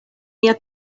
mia